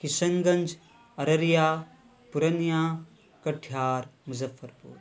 کشن گنج ارریہ پورنیہ کٹیہار مظفر پور